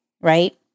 right